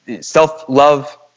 Self-love